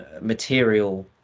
material